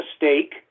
mistake